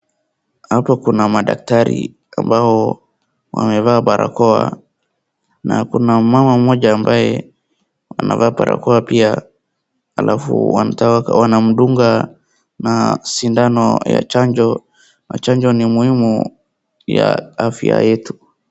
Hapo kuna madaktari ambao wamevaa barakoa na kuna mmama mmoja ambaye anavaa barakoa pia, alafu wanataka wanamdunga na sindano ya chanjo na chanjo ni muhimu ya afya yetu.